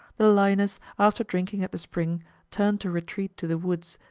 the lioness after drinking at the spring turned to retreat to the woods,